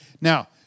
Now